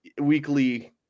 weekly